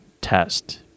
test